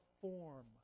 form